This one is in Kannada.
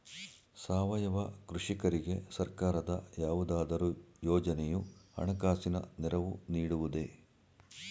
ಸಾವಯವ ಕೃಷಿಕರಿಗೆ ಸರ್ಕಾರದ ಯಾವುದಾದರು ಯೋಜನೆಯು ಹಣಕಾಸಿನ ನೆರವು ನೀಡುವುದೇ?